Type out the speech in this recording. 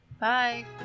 Bye